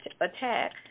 attack